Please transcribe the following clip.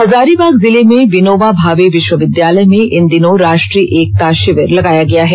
हजारीबाग जिले में विनोबा भावे विश्वविद्यालय में इन दिनों राष्ट्रीय एकता शिविर लगाया गया है